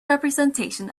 representation